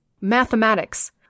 Mathematics